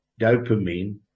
dopamine